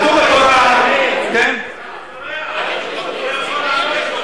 כתוב בתורה, הוא צורח.